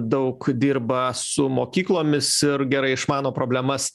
daug dirba su mokyklomis ir gerai išmano problemas